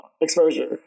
exposure